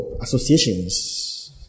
Associations